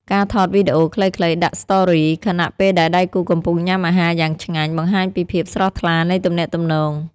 ការថតវីដេអូខ្លីៗ ដាក់ Story ខណៈពេលដែលដៃគូកំពុងញ៉ាំអាហារយ៉ាងឆ្ងាញ់ បង្ហាញពីភាពស្រស់ថ្លានៃទំនាក់ទំនង។